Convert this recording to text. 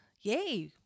yay